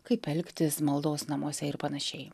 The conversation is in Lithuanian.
kaip elgtis maldos namuose ir panašiai